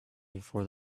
for